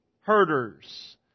herders